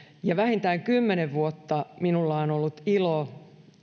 vähintään kymmenen vuotta minulla on on ollut ilo